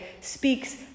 speaks